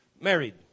Married